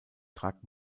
trat